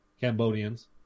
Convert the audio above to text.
Cambodians